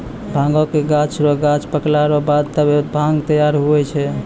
भांगक गाछ रो गांछ पकला रो बाद तबै भांग तैयार हुवै छै